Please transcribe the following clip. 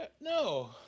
No